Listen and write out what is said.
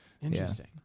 Interesting